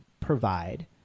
provide